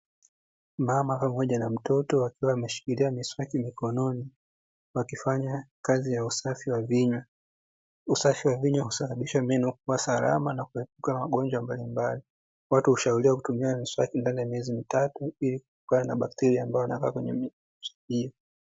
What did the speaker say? Mama pamoja na mtoto, wakiwa wameshikilia miswaki mikononi, wakifanya kazi ya usafi wa vinywa. Usafi wa vinywa husababisha meno kuwa salama na kuepuka magonjwa mbalimbali, watu hushauriwa kutumia miswaki ndani ya miezi mitatu ili kuepukana na bakiteria ambao wanakaa kwenye miswaki hiyo.